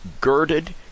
girded